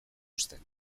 uzten